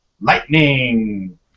Lightning